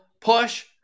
push